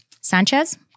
Sanchez